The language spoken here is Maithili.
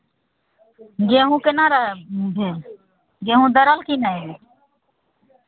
गेहूँ केना रहय भेल गेहूँ दरल कि नहि